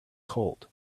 cold